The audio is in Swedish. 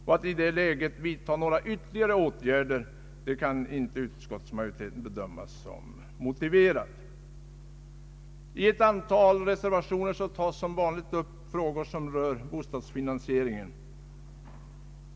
Utskottsmajoriteten finner det inte motiverat att i detta läge vidta några ytterligare åtgärder. I ett antal reservationer tas som vanligt upp frågor angående bostadsfinansieringen.